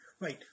Right